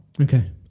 Okay